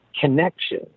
connection